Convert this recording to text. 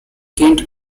kent